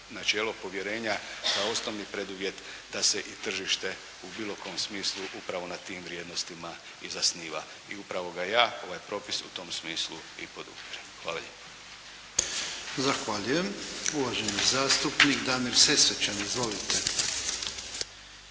načelo povjerenja kao osnovni preduvjet da se i tržište u bilo kom smislu upravo na tim vrijednostima i zasniva i upravo ga ja, ovaj propis u tom smislu i podupirem. Hvala lijepa. **Jarnjak, Ivan (HDZ)** Uvaženi zastupnik Damir Sesvečan. Izvolite.